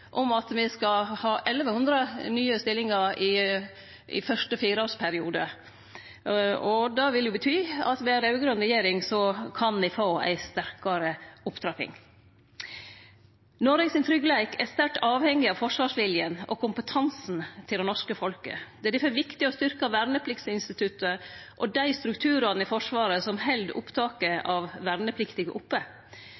om at me skal ha 1 100 nye stillingar i fyrste fireårsperiode. Det vil bety at med ei raud-grøn regjering kan me få ei sterkare opptrapping. Tryggleiken til Noreg er sterkt avhengig av forsvarsviljen og kompetansen til det norske folket. Det er difor viktig å styrkje vernepliktinstituttet og dei strukturane i Forsvaret som held